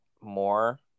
more